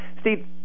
Steve